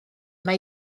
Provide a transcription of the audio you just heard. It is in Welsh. mai